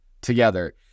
together